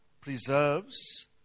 preserves